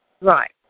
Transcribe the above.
Right